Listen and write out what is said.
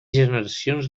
generacions